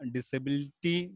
Disability